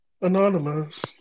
Anonymous